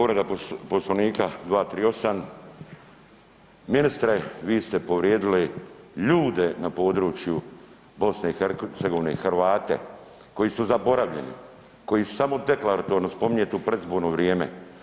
Povreda Poslovnika 238. ministre vi ste povrijedili ljude na području BiH Hrvate koji su zaboravljeni, koji samo deklatorno spominjete u predizborno vrijeme.